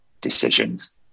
decisions